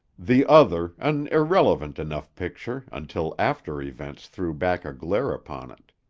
the other, an irrelevant enough picture until after events threw back a glare upon it.